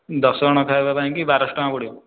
ଦଶ ଜଣ ଖାଇବା ପାଇଁକି ବାରଶହ ଟଙ୍କା ପଡ଼ିବ